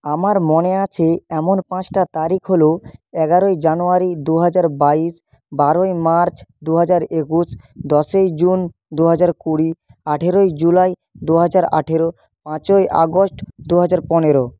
আমার মনে আছে এমন পাঁচটা তারিখ হলো এগারোই জানুয়ারি দু হাজার বাইশ বারোই মার্চ দু হাজার একুশ দশই জুন দু হাজার কুড়ি আঠেরোই জুলাই দু হাজার আঠেরো পাঁচই আগস্ট দু হাজার পনেরো